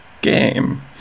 game